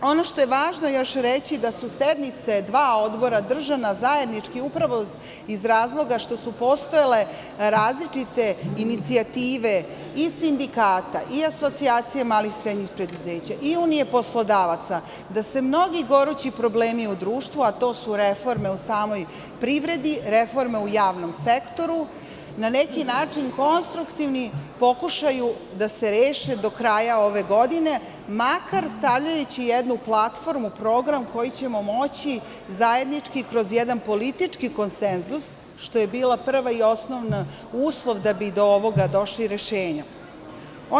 Ono što je važno još reći, da su sednice dva odbora držane zajednički, upravo iz razloga što su postojale različite inicijative i sindikata i Asocijacije malih i srednjih preduzeća, i Unije poslodavaca, da se mnogi gorući problemi u društvu, a to su reforme u samoj privredi, reforme u javnom sektoru, na neki način konstruktivno pokušaju da se reše do kraja ove godine, stavljajući jednu platformu u program koji ćemo moći zajednički kroz jedan politički konsenzus, što je bilo prvi i osnovni uslov da bi do ovoga rešenja došli.